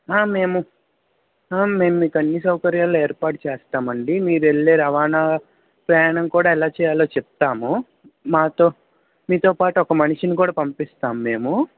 ఆ మెము ఆ మెము మీకు అన్ని సౌకర్యాలు ఏర్పాటు చేస్తామండి మీరు వెళ్ళే రవాణా ప్రయాణం కూడా ఎలా చెయ్యాలో చెప్తాము మాతో మీతో పాటు ఒక మనిషిని కూడా పంపిస్తాం మేము